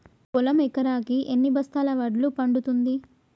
పొలం ఎకరాకి ఎన్ని బస్తాల వడ్లు పండుతుంది?